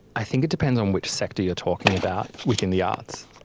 i think it depends on which sector you're talking about within the arts,